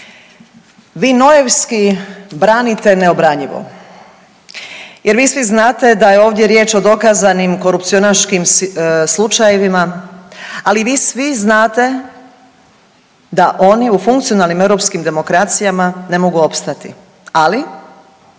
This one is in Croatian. Vi nojevski branite neobranjivo jer vi svi znate da je ovdje riječ o dokazanim korupcionaškim slučajevima, ali vi svi znate da oni u funkcionalnim europskim demokracijama ne mogu opstati, ali